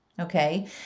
Okay